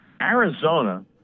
Arizona